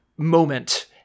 moment